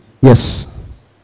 Yes